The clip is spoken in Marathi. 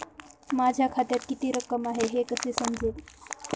माझ्या खात्यात किती रक्कम आहे हे कसे समजेल?